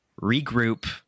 regroup